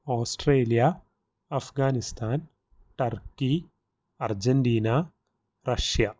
Australia Afghanistan turkey Argentina Russia